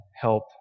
Help